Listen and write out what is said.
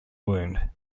wound